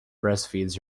breastfeeds